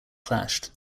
clashed